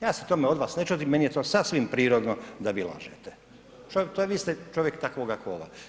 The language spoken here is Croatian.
Ja se tome od vas ne čudim, meni je to sasvim prirodno da vi lažete, vi ste čovjek takvoga kola.